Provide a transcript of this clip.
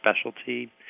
specialty